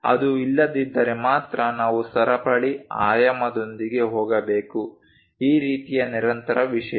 ಅದು ಇಲ್ಲದಿದ್ದರೆ ಮಾತ್ರ ನಾವು ಸರಪಳಿ ಆಯಾಮದೊಂದಿಗೆ ಹೋಗಬೇಕು ಈ ರೀತಿಯ ನಿರಂತರ ವಿಷಯ